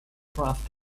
craft